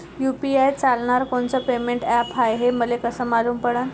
UPI चालणारं कोनचं payment app हाय, हे मले कस मालूम पडन?